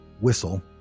whistle